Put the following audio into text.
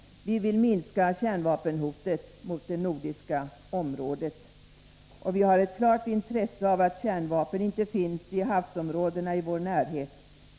Vi vill minska kärnvapenhotet mot det nordiska området. Vi har ett klart intresse av att kärnvapen inte finns i havsområdena i vår närhet.